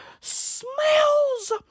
smells